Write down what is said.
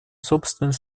собственной